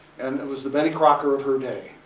and it was the betty crocker of her day.